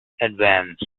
advance